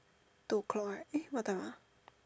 two o'clock right eh what time ah